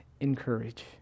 encourage